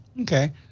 Okay